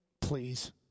Please